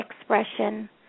expression